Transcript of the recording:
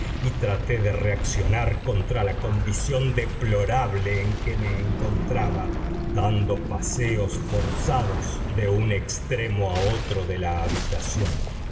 y traté de reaccionar contra la condición deplorable en que me encontraba dando paseos forzados de un extremo a otro de la habitación